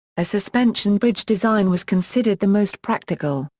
a suspension-bridge design was considered the most practical,